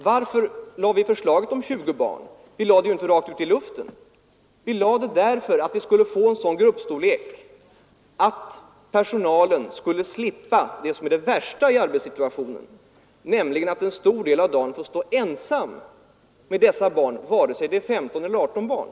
Varför tror herr Romanus att vi lade fram förslaget om 20 barn? Vi tog inte den siffran ur luften. Vi föreslog den därför att vi skulle få en sådan gruppstorlek att personalen skulle slippa den värsta arbetssituationen, nämligen att en stor del av dagen vara ensam med dessa barn, vare sig det nu är 15 eller 18 barn.